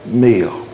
meal